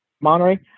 Monterey